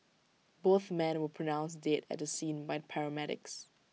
both men were pronounced dead at the scene by paramedics